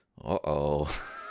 uh-oh